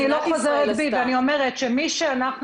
אני לא חוזרת בי ואני אומרת שמי שאנחנו